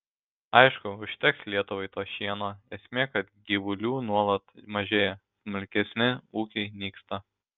aišku užteks lietuvai to šieno esmė kad gyvulių nuolat mažėja smulkesni ūkiai nyksta